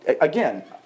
again